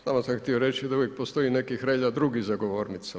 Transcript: Samo sam htio reći da uvijek postoji neki Hrelja drugi za govornicom.